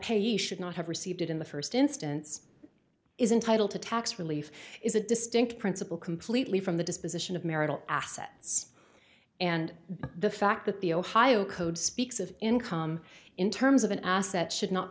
payee should not have received it in the first instance is entitled to tax relief is a distinct principle completely from the disposition of marital assets and the fact that the ohio code speaks of income in terms of an asset should not